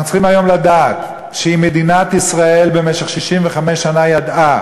אנחנו צריכים היום לדעת שאם מדינת ישראל במשך 65 שנה ידעה